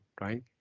right